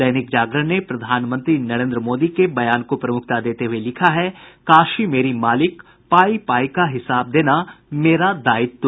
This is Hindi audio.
दैनिक जागरण ने प्रधानमंत्री नरेंद्र मोदी के बयान को प्रमुखता देते हुये लिखा है काशी मेरी मालिक पाई पाई का हिसाब देना मेरा दायित्व